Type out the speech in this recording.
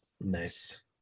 Nice